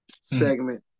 segment